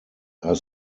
are